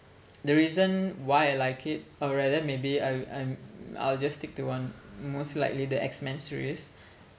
the reason why I like it or rather maybe I I'm I'll just stick to one most likely the X men series